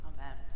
Amen